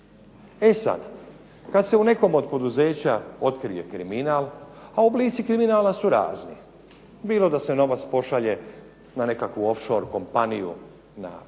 E sad, kad se u nekom od poduzeća otkrije kriminal, a oblici kriminala su razni, bilo da se novac pošalje na nekakvu off shore kompaniju na